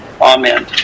Amen